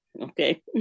okay